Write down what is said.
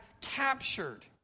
captured